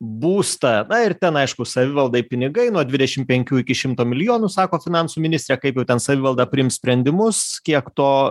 būstą na ir ten aišku savivaldai pinigai nuo dvidešim penkių iki šimto milijonų sako finansų ministrė kaip ten savivalda priims sprendimus kiek to